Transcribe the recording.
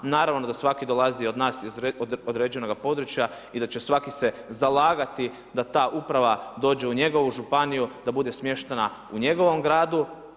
Naravno da svaki dolazi od nas iz određenog područja i da će se svaki zalagati da ta uprava dođe u njegovu županiju, da bude smještena u njegovom gradu.